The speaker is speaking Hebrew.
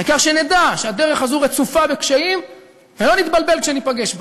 העיקר שנדע שהדרך הזו רצופה בקשיים ולא נתבלבל כשניפגש בהם,